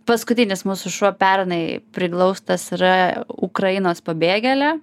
paskutinis mūsų šuo pernai priglaustas yra ukrainos pabėgėlė